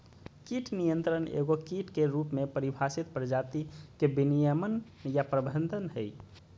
कीट नियंत्रण एगो कीट के रूप में परिभाषित प्रजाति के विनियमन या प्रबंधन हइ